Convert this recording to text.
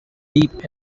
deep